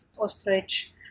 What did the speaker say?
ostrich